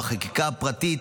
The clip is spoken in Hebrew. בחקיקה הפרטית,